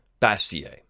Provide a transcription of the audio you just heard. Bastier